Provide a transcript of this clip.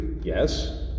Yes